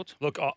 Look